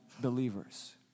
believers